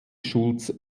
schulz